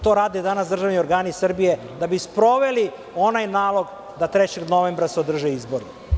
To rade danas državni organi Srbije da bi sproveli onaj nalog da 3. novembra se održe izbori.